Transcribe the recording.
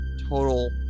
total